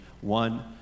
one